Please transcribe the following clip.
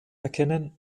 erkennen